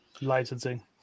Licensing